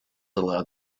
allowed